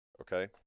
okay